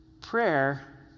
prayer